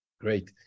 Great